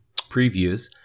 previews